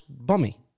bummy